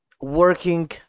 working